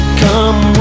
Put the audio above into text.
come